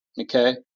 okay